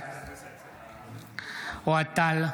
אוהד טל,